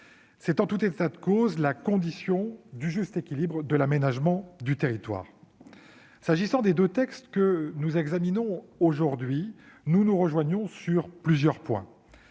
C'est, en tout état de cause, la condition du juste équilibre de l'aménagement du territoire. S'agissant des deux textes que nous examinons aujourd'hui, nous nous rejoignons sur plusieurs points